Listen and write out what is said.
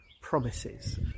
promises